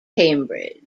cambridge